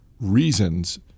reasons